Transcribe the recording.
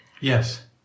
Yes